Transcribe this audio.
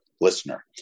listener